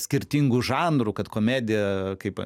skirtingų žanrų kad komedija kaip